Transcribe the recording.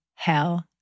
hell